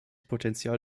potenzial